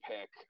pick